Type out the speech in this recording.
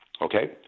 okay